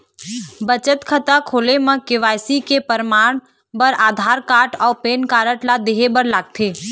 बचत खाता खोले म के.वाइ.सी के परमाण बर आधार कार्ड अउ पैन कार्ड ला देहे बर लागथे